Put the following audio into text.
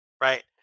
right